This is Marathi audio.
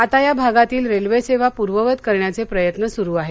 आता या भागातली रेल्वे सेवा पूर्ववत करण्याचे प्रयत्न सुरु आहेत